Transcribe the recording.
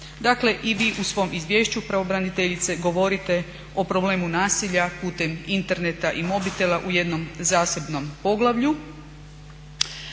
Dakle i vi u svome izvješću pravobraniteljice govorite o problemu nasilja putem interneta i mobitela u jednom zasebnom poglavlju